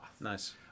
nice